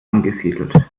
angesiedelt